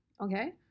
Okay